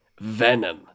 Venom